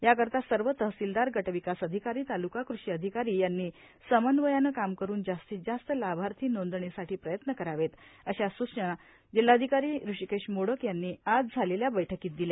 याकरिता सर्व तहसीलदारए गटविकास अधिकारीए तालुका कृषि अधिकारी यांनी समन्वयानं काम करून जास्तीत जास्त लाभार्थी नोंदणीसाठी प्रयत्न करावेतए अशा सूचना जिल्हाधिकारी हृषीकेश मोडक यांनी आज वाकाटक सभाग़हात झालेल्या बैठकीत दिल्या